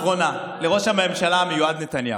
מאי, עצה אחרונה לראש הממשלה המיועד נתניהו.